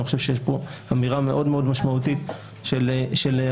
אני חושב שיש פה אמירה מאוד מאוד משמעותית של המדינה,